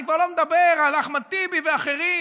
אני כבר לא מדבר על אחמד טיבי ואחרים,